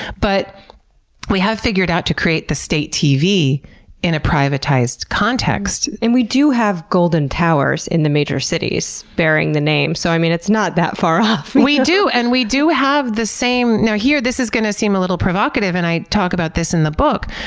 but we have figured out to create the state tv in a privatized context. and we do have golden towers in the major cities bearing the name. so, i mean, it's not that far off. we do. and we do have the same. now here, this is going to seem a little provocative, and i talk about this in the book,